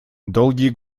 долгие